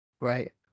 right